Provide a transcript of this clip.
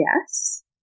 yes